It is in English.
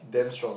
damn strong